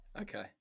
Okay